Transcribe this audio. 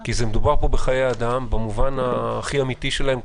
כי מדובר בחיי אדם הכי אמיתי שלהם,